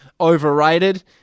overrated